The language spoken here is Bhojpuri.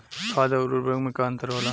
खाद्य आउर उर्वरक में का अंतर होला?